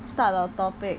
start a topic